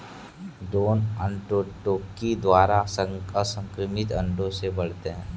drone arrhenotoky द्वारा असंक्रमित अंडों से बढ़ते हैं